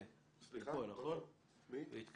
היא גם